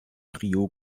trio